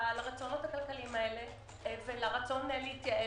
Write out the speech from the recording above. לרצונות הכלכליים האלה ועם הרצון להתייעל,